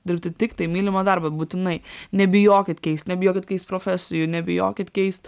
dirbti tiktai mylimą darbą būtinai nebijokit keist nebijokit keist profesijų nebijokit keist